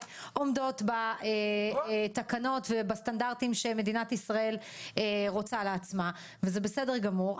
עומדות בתקנות ובסטנדרטים שמדינת ישראל רוצה לעצמה וזה בסדר גמור,